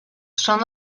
són